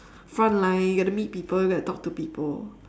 frontline you get to meet people you get to talk to people